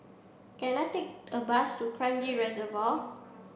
can I take a bus to Kranji Reservoir